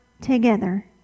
together